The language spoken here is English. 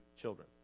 children